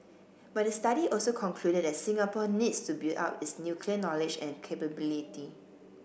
but the study also concluded that Singapore needs to build up its nuclear knowledge and capability